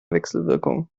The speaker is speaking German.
wechselwirkung